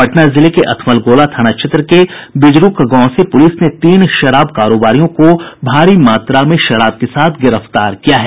पटना जिले के अथमलगोला थाना क्षेत्र के बिजरुक गांव से पुलिस ने तीन शराब कारोबारियों को भारी मात्रा में शराब के साथ गिरफ्तार किया है